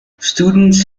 students